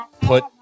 put